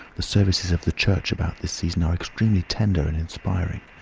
the services of the church about this season are extremely tender and inspiring.